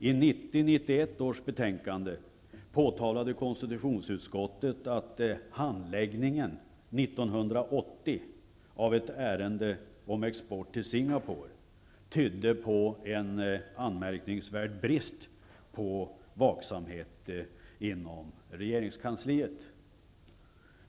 I 90/91 års betänkande påtalade konstitutionsutskottet att handläggningen 1980 av ett ärende om export till Singapore tydde på en anmärkningsvärd brist på vaksamhet inom regeringskansliet.